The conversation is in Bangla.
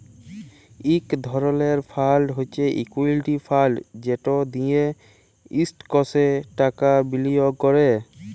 ইক ধরলের ফাল্ড হছে ইকুইটি ফাল্ড যেট দিঁয়ে ইস্টকসে টাকা বিলিয়গ ক্যরে